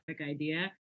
idea